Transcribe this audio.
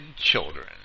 children